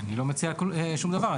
אני לא מציע שום דבר.